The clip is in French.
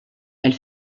elle